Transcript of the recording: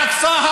מסגד אל-אקצא,